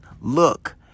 Look